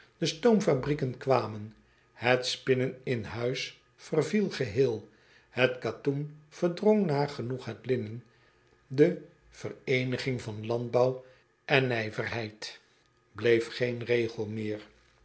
e stoomfabrieken kwamen et spinnen in huis verviel geheel het katoen verdrong nagenoeg het linnen de vereeniging van landbouw en nijverheid bleef geen regel meer